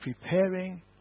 preparing